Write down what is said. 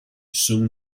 soon